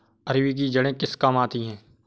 अरबी की जड़ें किस काम आती हैं?